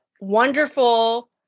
Wonderful